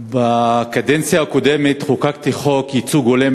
בקדנציה הקודמת חוקקתי חוק ייצוג הולם